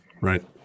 right